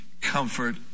comfort